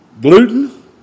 gluten